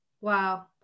wow